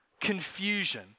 confusion